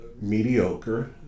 mediocre